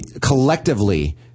collectively